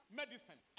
medicine